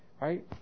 right